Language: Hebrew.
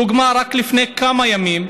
לדוגמה, רק לפני כמה ימים,